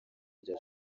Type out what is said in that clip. rya